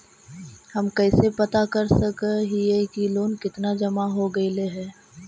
हम कैसे पता कर सक हिय की लोन कितना जमा हो गइले हैं?